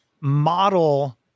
model